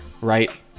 right